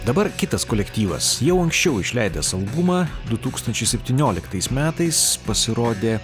dabar kitas kolektyvas jau anksčiau išleidęs albumą du tūkstančiai septynioliktais metais pasirodė